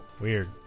weird